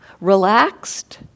Relaxed